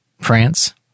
France